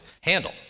handle